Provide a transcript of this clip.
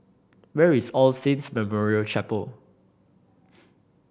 where is All Saints Memorial Chapel